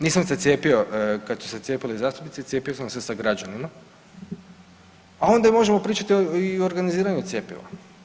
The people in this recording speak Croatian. Nisam se cijepio kada su se cijepili zastupnici, cijepio sam se sa građanima, a onda možemo pričati i o organiziranju cjepiva.